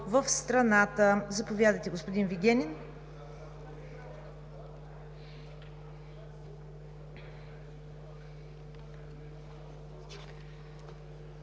в страната. Заповядайте, господин Вигенин.